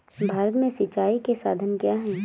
भारत में सिंचाई के साधन क्या है?